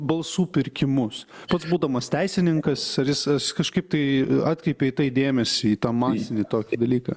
balsų pirkimus pats būdamas teisininkas ar jis jis kažkaip tai atkreipė dėmesį į tą masinį tokį dalyką